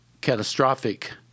catastrophic